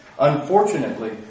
Unfortunately